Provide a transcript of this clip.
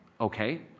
okay